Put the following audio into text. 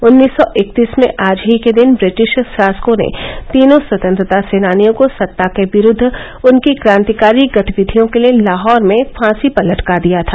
उन्नीस सौ इकत्तीस में आज ही के दिन ब्रिटिश शासकों ने तीनां स्वतंत्रता सेनानियों को सत्ता के विरुद्व उनकी क्रांतिकारी गतिविधियों के लिए लाहौर में फांसी पर लटका दिया था